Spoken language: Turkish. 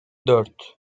dört